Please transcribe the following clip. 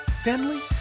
family